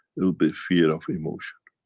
it will be fear of emotion.